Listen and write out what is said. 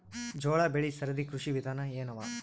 ಜೋಳ ಬೆಳಿ ಸರದಿ ಕೃಷಿ ವಿಧಾನ ಎನವ?